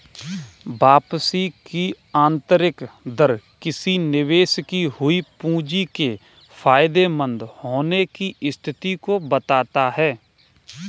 वापसी की आंतरिक दर किसी निवेश की हुई पूंजी के फायदेमंद होने की स्थिति को बताता है